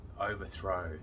overthrow